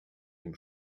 dem